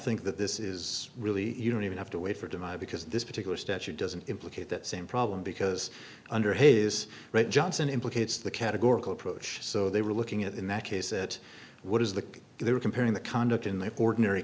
think that this is really you don't even have to wait for it to my because this particular statute doesn't implicate that same problem because under his right johnson implicates the categorical approach so they were looking at in that case it what is the they were comparing the conduct in the ordinary